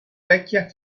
vecchia